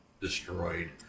destroyed